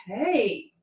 Okay